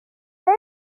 وام